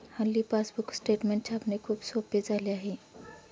हल्ली passbook statement छापणे खूप सोपे झाले आहे